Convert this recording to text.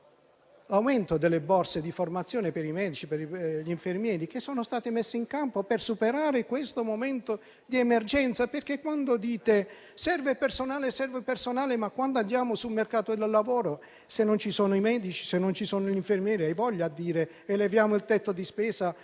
l'aumento delle borse di formazione per i medici e per gli infermieri che sono state messe in campo per superare questo momento di emergenza. Voi dite che serve personale, ma quando andiamo sul mercato del lavoro, se non ci sono i medici e gli infermieri, hai voglia a dire "eleviamo il tetto di spesa",